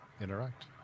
interact